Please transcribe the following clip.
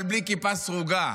אבל בלי כיפה סרוגה.